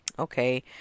Okay